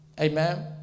Amen